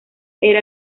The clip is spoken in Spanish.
era